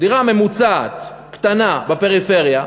דירה ממוצעת, קטנה, בפריפריה.